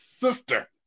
sister